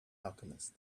alchemist